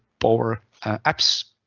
power apps.